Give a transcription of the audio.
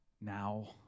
now